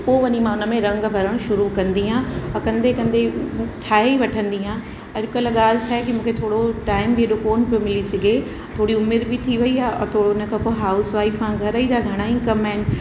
पोइ वञी मां हुनमें रंग भरण शुरू कंदी आहियां और कंदे कंदे ठाहे ई वठंदी आहियां अॼकल्ह ॻाल्हि छा आहे की मूंखे थोड़ो टाइम बि एॾो कोन्ह पियो मिली सघे थोरी उमिरि बि थी वयी आहे और थोरो उन खां पोइ हाउस वाइफ़ आहे घर ई जा घणा ई कम आहिनि